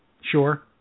Sure